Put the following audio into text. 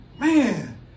Man